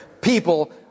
people